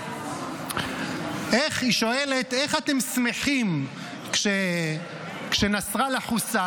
היא שואלת: איך אתם שמחים כשנסראללה חוסל?